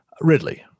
Ridley